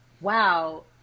wow